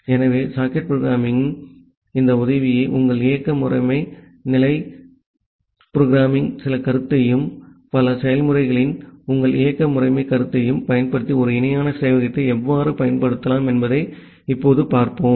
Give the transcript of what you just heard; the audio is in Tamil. ஆகவே சாக்கெட் புரோகிராமிங்கின் இந்த உதவியையும் உங்கள் இயக்க முறைமை நிலை புரோகிராமிங் சில கருத்தையும் பல செயல்முறைகளின் உங்கள் இயக்க முறைமை கருத்தையும் பயன்படுத்தி ஒரு இணையான சேவையகத்தை எவ்வாறு செயல்படுத்தலாம் என்பதை இப்போது பார்ப்போம்